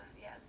yes